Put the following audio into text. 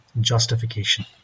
justification